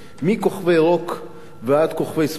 מכוכבי רוק ועד כוכבי ספורט,